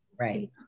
right